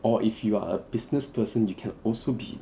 or if you are a business person you can also be